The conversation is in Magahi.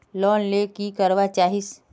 लोन ले की करवा चाहीस?